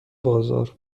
بازار